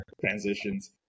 Transitions